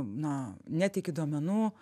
na neteiki duomenų